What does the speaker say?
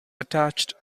attached